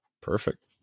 Perfect